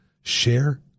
Share